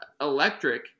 electric